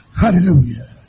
Hallelujah